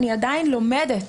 אני עדיין לומדת